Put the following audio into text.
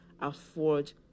afford